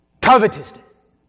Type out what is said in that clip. covetousness